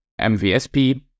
MVSP